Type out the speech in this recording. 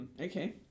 Okay